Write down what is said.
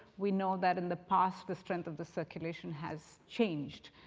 we know that in the past, the strength of the circulation has changed.